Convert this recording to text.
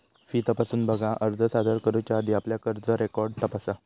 fee तपासून बघा, अर्ज सादर करुच्या आधी आपला कर्ज रेकॉर्ड तपासा